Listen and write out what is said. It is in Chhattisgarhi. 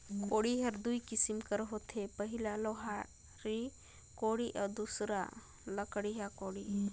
कोड़ी हर दुई किसिम कर होथे पहिला लोहाटी कोड़ी अउ दूसर लकड़िहा कोड़ी